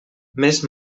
més